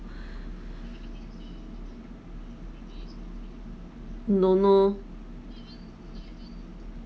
don't know